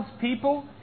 people